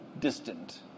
distant